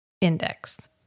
index